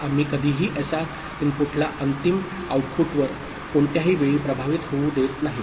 तर आम्ही कधीही एसआर इनपुटला अंतिम आउटपुटवर कोणत्याही वेळी प्रभावित होऊ देत नाही